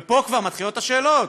ופה כבר מתחילות השאלות: